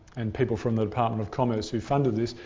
and people from the department of commerce who funded this,